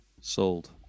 Sold